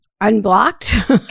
unblocked